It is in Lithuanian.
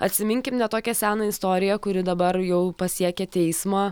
atsiminkim ne tokią seną istoriją kuri dabar jau pasiekė teismą